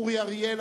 אורי אריאל,